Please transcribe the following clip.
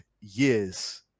years